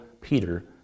Peter